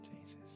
Jesus